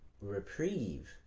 reprieve